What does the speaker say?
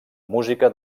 música